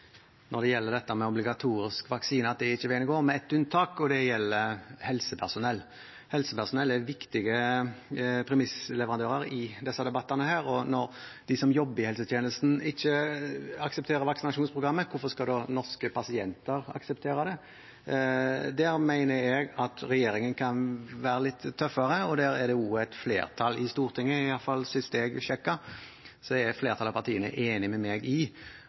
når de som jobber i helsetjenesten, ikke aksepterer vaksinasjonsprogrammet, hvorfor skal da norske pasienter akseptere det? Der mener jeg at regjeringen kan være litt tøffere, og der er det også et flertall i Stortinget. Iallfall sist jeg sjekket, var flertallet av partiene enige med meg i